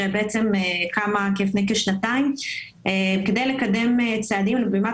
שקמה לפני כשנתיים כדי לקדם צעדים לבלימת